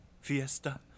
fiesta